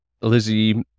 Lizzie